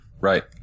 Right